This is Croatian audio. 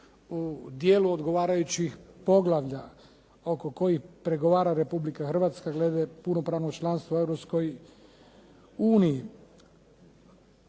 u dijelu odgovarajućih poglavlja oko kojih pregovara Republika Hrvatska glede punopravnog članstva u